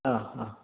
ആ ആ